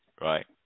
right